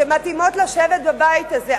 שמתאימות לשבת בבית הזה,